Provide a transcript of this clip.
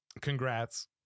congrats